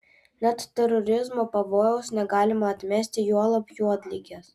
net terorizmo pavojaus negalima atmesti juolab juodligės